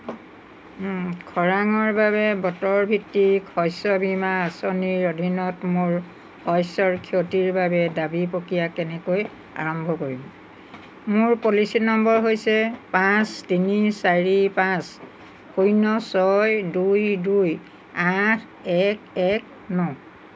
খৰাঙৰ বাবে বতৰ ভিত্তিক শস্য বীমা আঁচনিৰ অধীনত মোৰ শস্যৰ ক্ষতিৰ বাবে দাবী প্ৰক্ৰিয়া কেনেকৈ আৰম্ভ কৰিম মোৰ পলিচি নম্বৰ হৈছে পাঁচ তিনি চাৰি পাঁচ শূন্য় ছয় দুই দুই আঠ এক এক ন